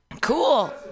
Cool